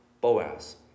Boaz